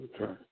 Okay